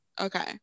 okay